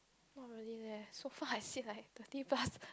not really leh so far I see like thirty plus